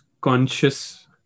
conscious